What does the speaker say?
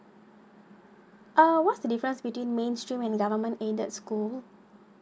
uh what's the difference between mainstream and government aided school